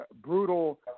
brutal